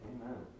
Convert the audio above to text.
Amen